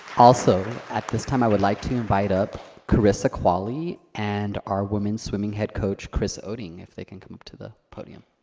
also, at this time i would like to invite up karissa qualley and our women's swimming head coach, chris oeding, if they could come up to the podium.